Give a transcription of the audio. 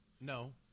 No